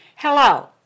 Hello